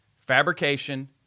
fabrication